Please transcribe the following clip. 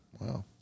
Wow